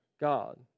God